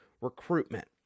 recruitment